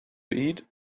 eat